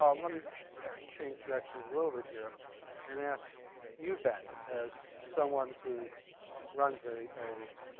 um let me change directions a little bit here and ask you, ben. as someone who runs a a